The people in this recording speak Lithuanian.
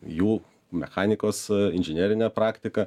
jų mechanikos inžinerinę praktiką